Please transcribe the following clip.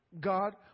God